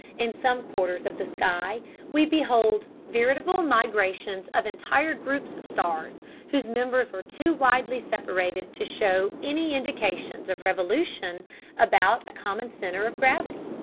in some quarters of the sky we behold veritable migrations of entire groups of stars whose members are too widely separated to show any indications of revolution about a common center of gravity.